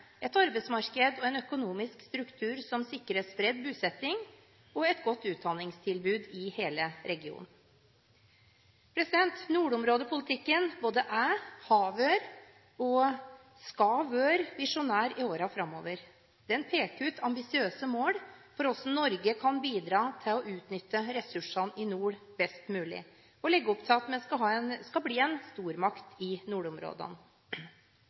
et arbeidsmarked og en økonomisk struktur som sikrer spredt bosetting og et godt utdanningstilbud i hele regionen. Nordområdepolitikken både er, har vært og skal være visjonær i årene framover. Den peker ut ambisiøse mål for hvordan Norge kan bidra til å utnytte ressursene i nord best mulig og legger opp til at vi skal bli en stormakt i nordområdene.